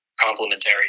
complementary